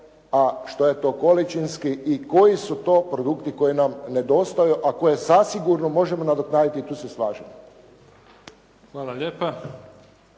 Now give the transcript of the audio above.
a što je to količinski i koji su to produkti koji nam nedostaju a koje zasigurno možemo nadoknaditi i tu se slažem. **Mimica,